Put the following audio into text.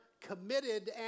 committed